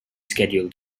scheduled